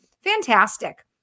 Fantastic